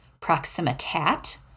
proximitat